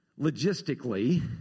logistically